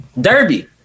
Derby